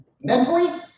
mentally